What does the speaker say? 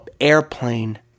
airplane